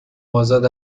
آزاد